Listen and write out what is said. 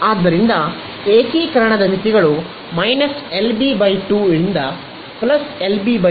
ಆದ್ದರಿಂದ ಏಕೀಕರಣದ ಮಿತಿಗಳು −LB 2 ರಿಂದ LB 2